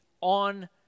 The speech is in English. on